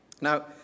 Now